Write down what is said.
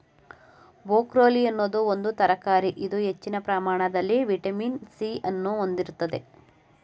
broccoli ಅನ್ನೋದು ಒಂದು ತರಕಾರಿ ಇದು ಹೆಚ್ಚಿನ ಪ್ರಮಾಣದಲ್ಲಿ ವಿಟಮಿನ್ ಸಿ ಅನ್ನು ಹೊಂದಿರ್ತದೆ